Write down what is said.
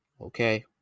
Okay